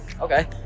Okay